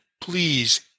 Please